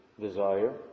desire